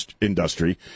industry